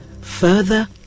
Further